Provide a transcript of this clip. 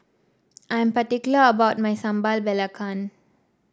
I'm particular about my Sambal Belacan